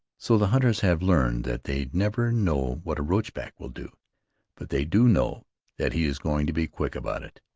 so the hunters have learned that they never know what a roachback will do but they do know that he is going to be quick about it.